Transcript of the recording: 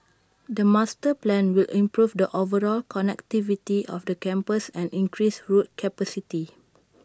the master plan will improve the overall connectivity of the campus and increase road capacity